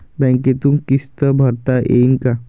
बँकेतून किस्त भरता येईन का?